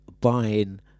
buying